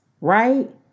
Right